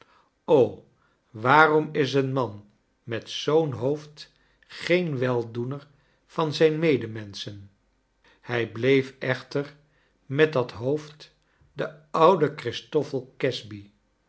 waarom is een man met zoo'n hoofd geen weldoener van zijn medemenschen kij bleef echter met da v hoofd de oude christoffel casby